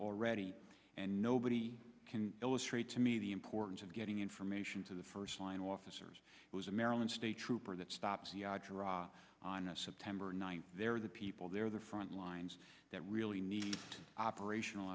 already and nobody can illustrate to me the importance of getting information to the first line officers who's a maryland state trooper that stops on a september ninth there are the people there the front lines that really need to operational